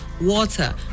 water